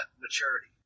maturity